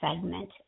segment